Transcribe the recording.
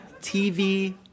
TV